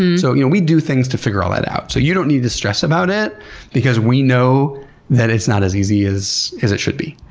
and so you know we do things to figure all that out so you don't need to stress about it because we know that it's not as easy as as it should be.